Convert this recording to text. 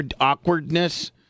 awkwardness